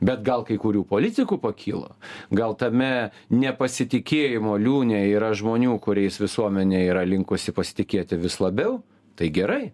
bet gal kai kurių politikų pakilo gal tame nepasitikėjimo liūne yra žmonių kuriais visuomenė yra linkusi pasitikėti vis labiau tai gerai